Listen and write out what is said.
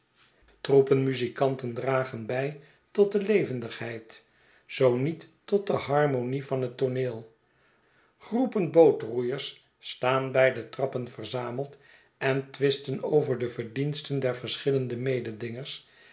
troepen muzikanten dragen bij tot de levendigheid zoo niet tot de harmonie van het tooneel groepen bootroeiers staan bij de trappen verzameld en twisten over de verdiensten der verschillende mededingers